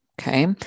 Okay